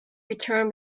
returned